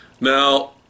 Now